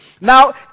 Now